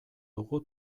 dugu